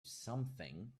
something